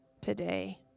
today